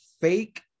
fake